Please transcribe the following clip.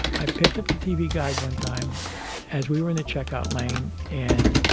i picked up the tv guide one time as we were in the checkout lane and